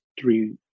three